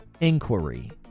inquiry